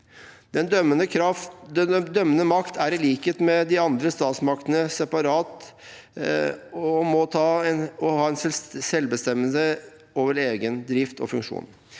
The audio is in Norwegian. Den dømmende makt er i likhet med de andre statsmaktene separat og må ha en selvbestemmelse over egen drift og funksjon.